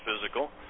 physical